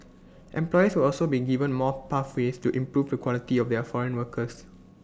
employers will also be given more pathways to improve the quality of their foreign workers